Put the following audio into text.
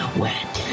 wet